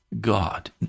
God